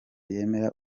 yemera